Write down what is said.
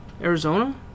Arizona